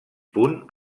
punt